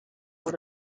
voor